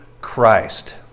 Christ